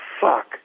fuck